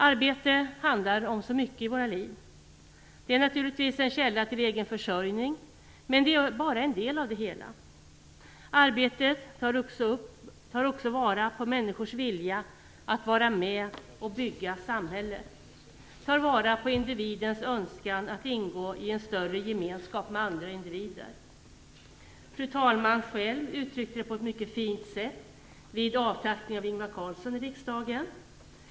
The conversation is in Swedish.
Arbete handlar om så mycket i våra liv. Det är naturligtvis en källa till egen försörjning. Men det är bara en del av det hela. Arbetet tar också vara på människors vilja att vara med och bygga samhället och individens önskan att ingå i en större gemenskap med andra individer. Fru talmannen själv uttryckte det på ett mycket fint sätt vid avtackningen av Ingvar Carlsson i riksdagen.